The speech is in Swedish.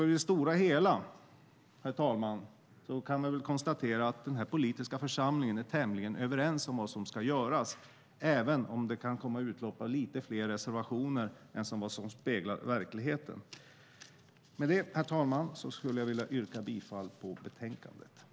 I det stora hela, herr talman, kan vi alltså konstatera att denna politiska församling är tämligen överens om vad som ska göras - även om det finns lite fler reservationer än vad som speglar verkligheten. Med detta, herr talman, yrkar jag bifall till förslaget i betänkandet. I detta anförande instämde Pia Hallström och Patrick Reslow .